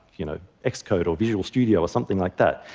you know, xcode or visual studio, or something like that.